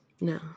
No